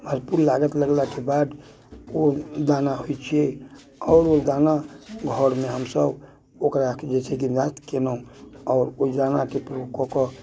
भरपूर लागत लगलाके बाद ओ दाना होइत छै आओर ओ दाना घरमे हमसभ ओकरा की जे छै केलहुँ आओर ओहि दानाके प्रयोग कऽ कऽ